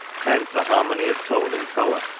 hence a harmony of tone and colour,